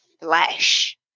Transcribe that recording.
flesh